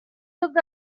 looked